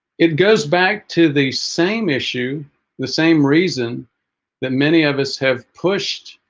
it goes back to the same issue the same reason that many of us have pushed